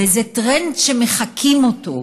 וזה טרנד שמחקים אותו.